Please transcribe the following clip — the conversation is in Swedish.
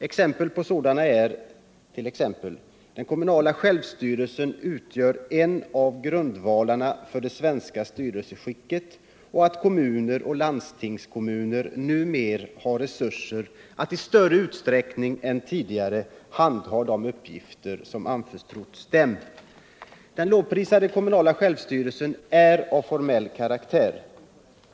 Exempel på sådana är påståendena att den kommunala självstyrelsen utgör en av grundvalarna för det svenska styrelseskicket och att kommunerna och landstingskommunerna numera har resurser att i större utsträckning än tidigare handha de uppgifter som anförtrotts dem. Den lovprisade kommunala självstyrelsen är av formell karaktär.